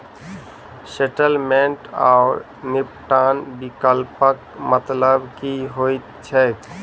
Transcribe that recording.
Settlement आओर निपटान विकल्पक मतलब की होइत छैक?